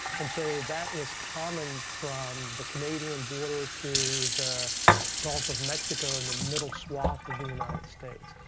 and so that is common from the canadian border to the gulf of mexico in the middle swath of the united states.